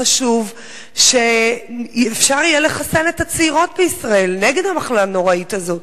חשוב שאפשר יהיה לחסן את הצעירות בישראל נגד המחלה הנוראית הזאת.